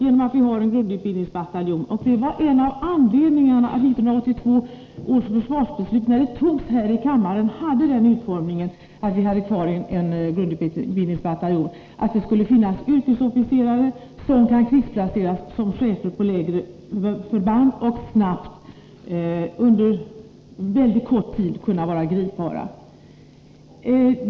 En av anledningarna till att 1982 års försvarsbeslut innefattade en grundutbildningsbataljon på västkusten var dessutom att det skulle finnas yrkesofficerare som med mycket kort varsel kunde krigsplaceras som chefer på vissa förband.